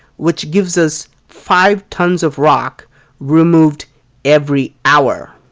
which gives us five tons of rock removed every hour.